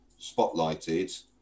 spotlighted